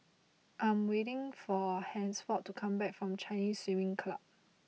I am waiting for Hansford to come back from Chinese Swimming Club